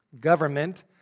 Government